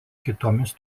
kitomis